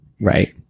Right